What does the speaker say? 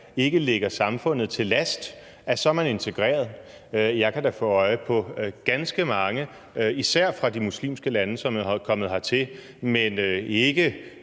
ikke ligger samfundet til last, nok til, at man er integreret? Jeg kan da få øje på ganske mange, især fra de muslimske lande, som er kommet hertil, men ikke